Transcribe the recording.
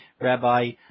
Rabbi